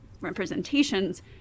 representations